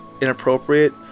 inappropriate